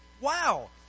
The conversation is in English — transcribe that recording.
Wow